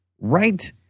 Right